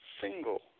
single